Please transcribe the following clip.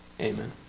Amen